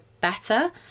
better